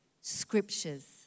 scriptures